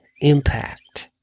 impact